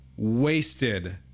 wasted